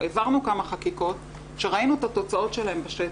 העברנו כמה חקיקות שראינו את התוצאות שלהן בשטח.